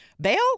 Bail